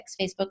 Facebook